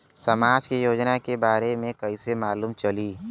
समाज के योजना के बारे में कैसे मालूम चली?